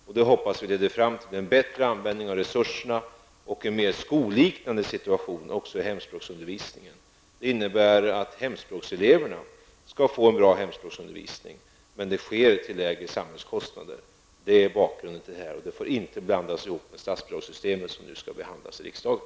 Vi hoppas att det leder fram till en bättre användning av resurserna och en mer skolliknande situation även i hemspråksundervisningen. Det innebär att hemspråkseleverna skall få en bra hemspråksundervisning men att det skall ske till lägre samhällskostnader. Detta är bakgrunden, och det får inte blandas ihop med statsbidragssystemet, som nu skall behandlas i riksdagen.